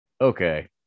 Okay